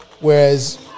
whereas